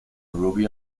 ruby